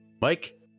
Mike